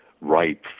ripe